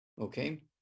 okay